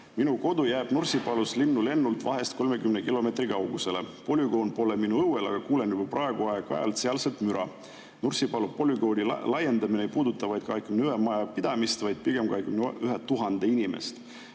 "Minu kodu jääb Nursipalust linnulennult vahest 30 km kaugusele. Polügoon pole minu õuel, aga kuulen juba praegu aeg-ajalt sealset müra." "Nursipalu polügooni laiendamine ei puuduta vaid 21 majapidamist, vaid pigem 21 000 inimest.